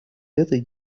этой